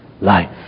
life